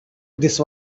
this